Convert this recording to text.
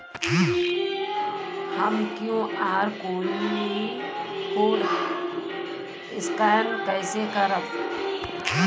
हम QR code scan कइसे करब?